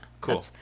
Cool